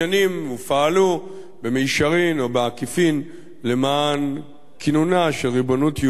ופעלו במישרין או בעקיפין למען כינונה של ריבונות יהודית,